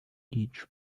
each